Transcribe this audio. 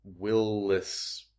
willless